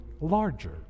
larger